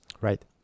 Right